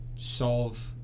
solve